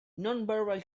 nonverbal